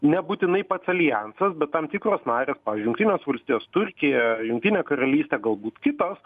nebūtinai pats aljansas bet tam tikros narės pavyzdžiui jungtinės valstijos turkija jungtinė karalystė galbūt kitos